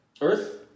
Earth